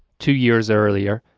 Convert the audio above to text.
two years earlier.